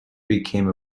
became